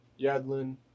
Yadlin